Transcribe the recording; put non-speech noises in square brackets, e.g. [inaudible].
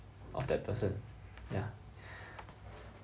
of that person yeah [breath]